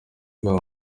rwabo